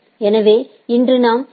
எனவே இன்று நாம் பி